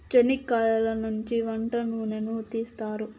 చనిక్కయలనుంచి వంట నూనెను తీస్తారు